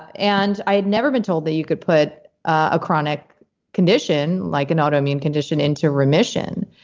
and i had never been told that you could put a chronic condition, like an autoimmune condition into remission.